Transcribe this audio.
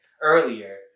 earlier